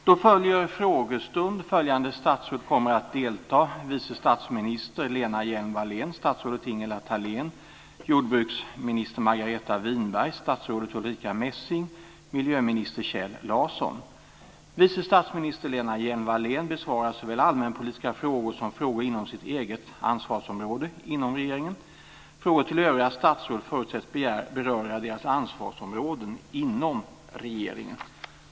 Då följer frågestund. Följande statsråd kommer att delta: Vice statsminister Lena Hjelm-Wallén, statsrådet Ingela Thalén, jordbruksminister Margareta Winberg, statsrådet Ulrica Messing och miljöminister Vice statsminister Lena Hjelm-Wallén besvarar såväl allmänpolitiska frågor som frågor inom sitt eget ansvarsområde inom regeringen. Frågor till övriga statsråd förutsätts beröra deras ansvarsområden inom regeringen.